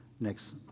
next